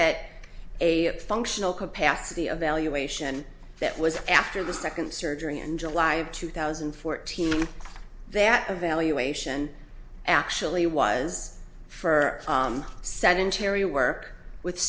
at a functional capacity of valuation that was after the second surgery in july of two thousand and fourteen that evaluation actually was for sedentary work with